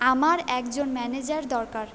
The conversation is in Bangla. আমার একজন ম্যানেজার দরকার